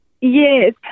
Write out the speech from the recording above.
Yes